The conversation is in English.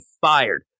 fired